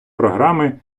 програми